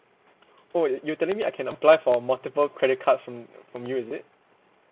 oh you telling me I can apply for multiple credit cards from from you is it